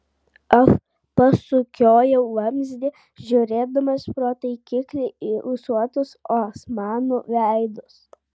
aš pasukiojau vamzdį žiūrėdamas pro taikiklį į ūsuotus osmanų veidus